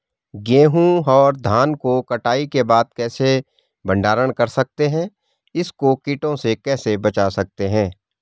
गेहूँ और धान को कटाई के बाद कैसे भंडारण कर सकते हैं इसको कीटों से कैसे बचा सकते हैं?